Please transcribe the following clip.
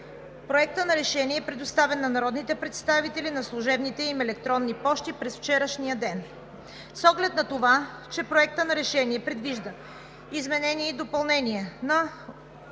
Проектът на решение е предоставен на народните представители на служебните им електронни пощи през вчерашния ден. С оглед на това, че Проектът на решение предвижда изменение и допълнение на